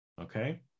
okay